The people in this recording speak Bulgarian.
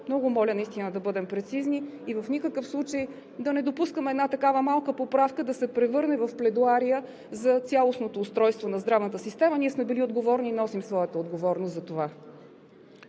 Много моля наистина да бъдем прецизни и в никакъв случай да не допускаме една такава малка поправка да се превърне в пледоария за цялостното устройство на здравната система. Ние сме били отговорни и носим своята отговорност за това.